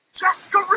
Jessica